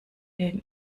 den